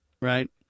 Right